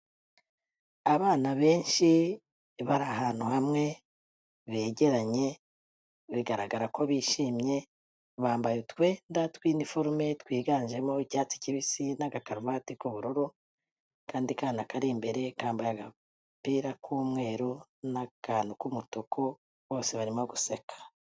Abana benshi bari ahantu hamwe begeranye bigaragara ko bishimye, bambaye utwenda tw'iniforume twiganjemo icyatsi kibisi n'agakaruvati k'ubururu, akandi kana kari imbere kambaye agapira k'umweru n'akantu k'umutuku bose barimo guseka.